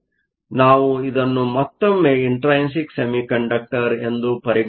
ಆದ್ದರಿಂದ ನಾವು ಇದನ್ನು ಮತ್ತೊಮ್ಮೆ ಇಂಟ್ರೈನ್ಸಿಕ್ ಸೆಮಿಕಂಡಕ್ಟರ್ ಎಂದು ಪರಿಗಣಿಸಬಹುದು